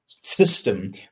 system